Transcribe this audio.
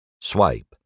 Swipe